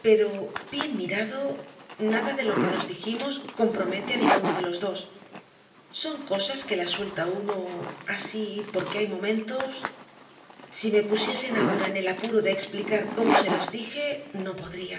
pero bien mirado nada de lo que nos dijimos compromete á ninguno de los dos son cosas que las suelta uno así porque hay momentos si me pusiesen ahora en el apuro de explicar cómo se las dije no podría